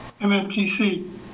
MMTC